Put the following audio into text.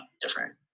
different